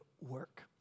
work